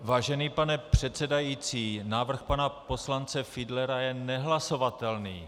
Vážený pane předsedající, návrh pana poslance Fiedlera je nehlasovatelný.